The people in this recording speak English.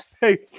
hey